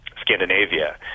Scandinavia